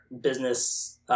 business